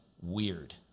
Weird